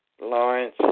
Lawrence